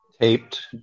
Taped